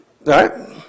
right